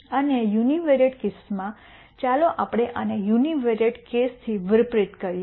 અને યુનિવેરિયેટ કેસમાં ચાલો આપણે આને યુનિવેરિયેટ કેસથી વિપરીત કરીએ